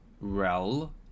Rel